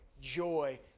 joy